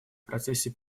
процессе